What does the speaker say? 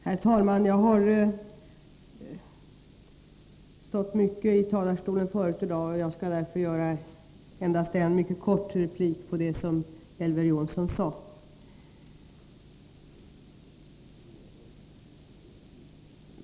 Herr talman! Jag har stått mycket i talarstolen förut i dag, och jag skall därför ge endast en mycket kort replik till det som Elver Jonsson sade.